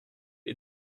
est